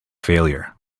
failure